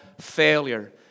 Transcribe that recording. failure